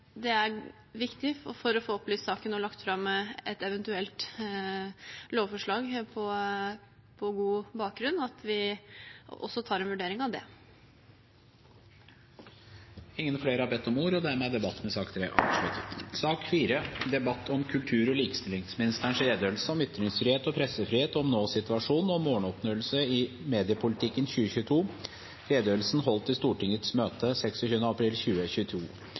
det er viktig for å få opplyst saken og lagt fram et eventuelt lovforslag på god bakgrunn at vi også tar en vurdering av det. Flere har ikke bedt om ordet til sak nr. 3. Etter ønske fra kultur- og likestillingskomiteen vil presidenten ordne debatten